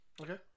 Okay